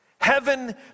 Heaven